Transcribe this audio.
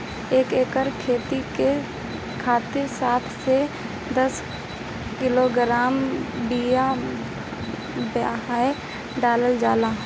एक एकर खेत के खातिर सात से दस किलोग्राम बिया बेहन डालल जाला?